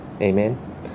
Amen